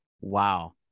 wow